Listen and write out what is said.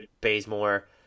Bazemore